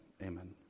amen